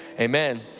amen